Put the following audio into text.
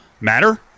matter